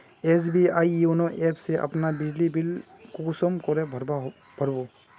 SBI YONO app से अपना बिजली बिल कुंसम करे भर बो?